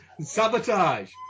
Sabotage